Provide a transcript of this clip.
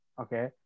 Okay